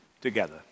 together